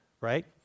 right